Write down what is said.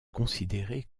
considérés